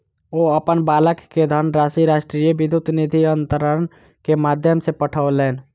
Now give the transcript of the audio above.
ओ अपन बालक के धनराशि राष्ट्रीय विद्युत निधि अन्तरण के माध्यम सॅ पठौलैन